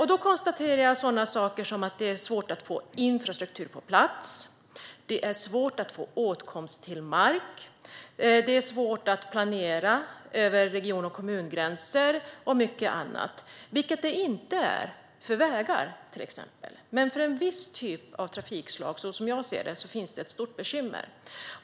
Jag konstaterar till exempel att det är svårt att få infrastruktur på plats, att få åtkomst till mark, att planera över region och kommungränser och mycket annat. Så är inte fallet när det gäller till exempel vägar, men för en viss typ av trafikslag finns, som jag ser det, ett stort bekymmer.